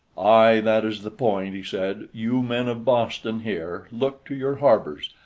aye, that is the point, he said. you men of boston here, look to your harbors,